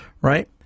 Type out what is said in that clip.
right